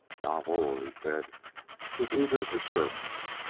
ja wohl! he said with eager assurance.